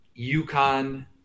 UConn –